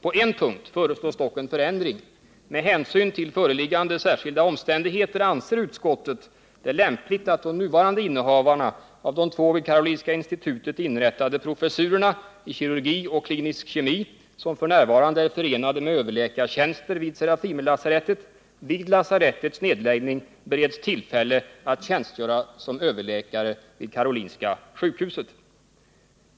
På en punkt föreslås dock en förändring. Med hänsyn till föreliggande särskilda omständigheter anser utskottet det lämpligt att de nuvarande innehavarna av de två vid Karolinska institutet inrättade professurerna i kirurgi och klinisk kemi, som f. n. är förenade med överläkartjänster vid Serafimerlasarettet, vid lasarettets nedläggning bereds tillfälle att tjänstgöra som överläkare vid Karolinska sjukhuset.